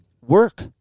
work